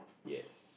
yes